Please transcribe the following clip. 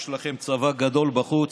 יש לכם צבא גדול בחוץ.